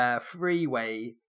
Freeway